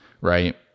right